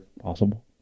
possible